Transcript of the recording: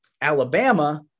Alabama